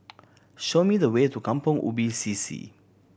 show me the way to Kampong Ubi C C